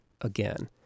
again